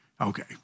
Okay